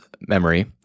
memory